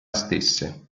stesse